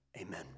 amen